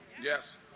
Yes